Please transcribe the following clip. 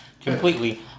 Completely